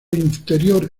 interior